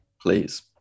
Please